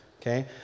okay